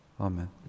Amen